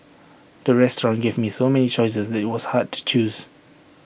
the restaurant gave me so many choices that IT was hard to choose